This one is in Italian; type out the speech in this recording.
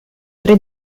tre